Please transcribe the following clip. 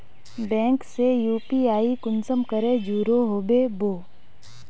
Bank से UPI कुंसम करे जुड़ो होबे बो?